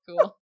Cool